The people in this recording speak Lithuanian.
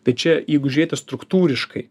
tai čia jeigu žiūrėti struktūriškai